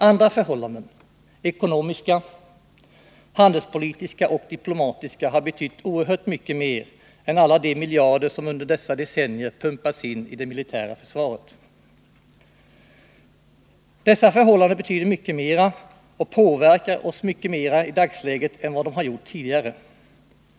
Andra förhållanden ekonomiska, handelspolitiska och diplomatiska — har betytt oerhört mycket mer än alla de miljarder som under dessa decennier pumpats in i det militära försvaret. Dessa förhållanden betyder mycket mera och påverkar oss mycket mera i dagsläget än vad de har gjort tidigare.